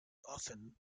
often